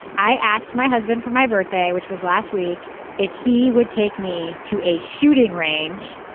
i asked my husband for my birthday which was last week if he would take me to a shooting range.